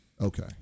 Okay